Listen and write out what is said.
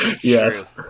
Yes